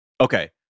Okay